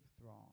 throng